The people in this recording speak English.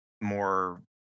more